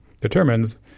determines